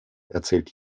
erzählt